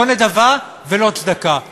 לא נדבה ולא צדקה,